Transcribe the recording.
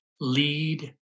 lead